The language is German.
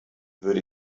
würde